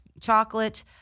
chocolate